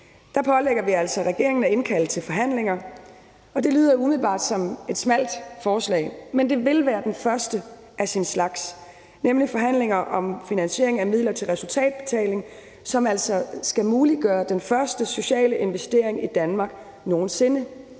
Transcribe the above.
pålægger vi altså regeringen at indkalde til forhandlinger, og det lyder jo umiddelbart som et smalt forslag, men det vil være det første af sin slags, nemlig om forhandlinger om finansiering af midler til resultatbetaling, som altså skal muliggøre den første sociale investering i Danmark nogen sinde.